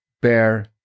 bear